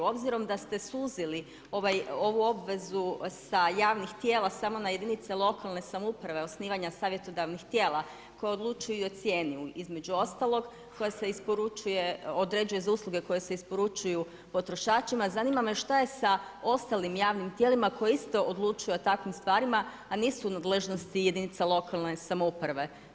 Obzirom da ste suzili ovu obvezu sa javnih tijela samo na jedinice lokalne samouprave, osnivanja savjetodavnih tijela koje odlučuju i o cijeni između ostalog, koja se isporučuje, određuje za usluge koje se isporučuju potrošačima, zanima me šta je sa ostalim javnim tijelima koje isto odlučuju o takvim stvarima, a nisu u nadležnosti jedinica lokalne samouprave?